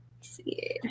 see